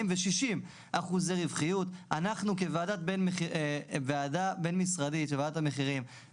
אני חבר קופת חולים כללית ואני אומר את זה.